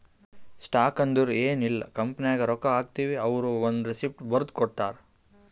stock ಅಂದುರ್ ಎನ್ ಇಲ್ಲ ಕಂಪನಿನಾಗ್ ರೊಕ್ಕಾ ಹಾಕ್ತಿವ್ ಅವ್ರು ಒಂದ್ ರೆಸಿಪ್ಟ್ ಬರ್ದಿ ಕೊಡ್ತಾರ್